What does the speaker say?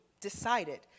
decided